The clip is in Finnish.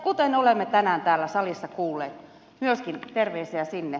kuten olemme tänään täällä salissa kuulleet myöskin terveisiä sinne